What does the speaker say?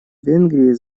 венгрии